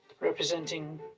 representing